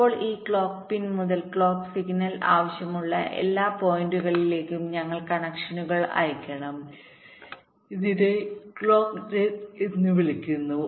ഇപ്പോൾ ഈ clock pin മുതൽ ക്ലോക്ക് സിഗ്നൽ ആവശ്യമുള്ള എല്ലാ പോയിന്റുകളിലേക്കും ഞങ്ങൾ കണക്ഷനുകൾ അയയ്ക്കണം ഇതിനെ ക്ലോക്ക് നെറ്റ് എന്ന് വിളിക്കുന്നു